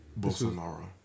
Bolsonaro